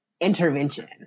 intervention